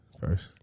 first